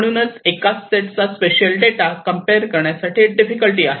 म्हणूनच एकाच सेटचा स्पेशियल डेटा कम्पेअर करण्यासाठी डिफिकल्टी आहे